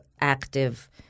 active